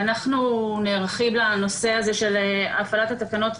אנחנו נערכים לנושא הזה של הפעלת התקנות.